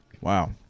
Wow